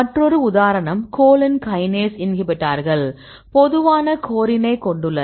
மற்றொரு உதாரணம் choline kinase இன்ஹிபிட்டார்கள் பொதுவான கோரினை கொண்டுள்ளன